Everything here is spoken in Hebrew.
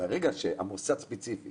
ברגע שמוסד ספציפי